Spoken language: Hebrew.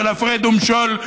של הפרד ומשול,